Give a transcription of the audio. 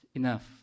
enough